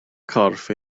corff